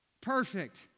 perfect